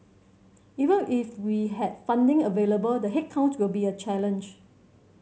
even if we had funding available the headcount will be a challenge